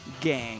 gang